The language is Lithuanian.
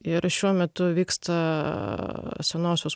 ir šiuo metu vyksta senosios